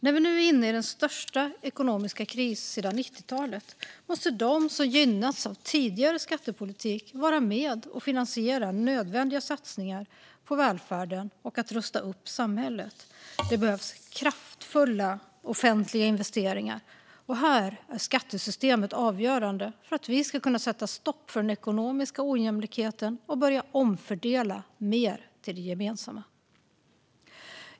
När vi nu är inne i den största ekonomiska krisen sedan 90-talet måste de som gynnats av tidigare skattepolitik vara med och finansiera nödvändiga satsningar på välfärden och på att rusta upp samhället. Det behövs kraftfulla offentliga investeringar. Här är skattesystemet avgörande för att vi ska kunna sätta stopp för den ekonomiska ojämlikheten och börja omfördela mer till det gemensamma.